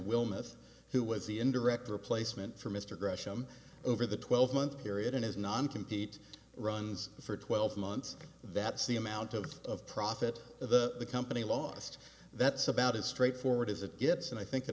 wilmoth who was the indirect replacement for mr gresham over the twelve month period in his non compete runs for twelve months that's the amount of profit the company lost that's about as straightforward as it gets and i think a